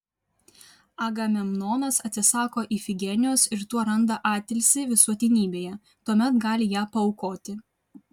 agamemnonas atsisako ifigenijos ir tuo randa atilsį visuotinybėje tuomet gali ją paaukoti